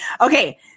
Okay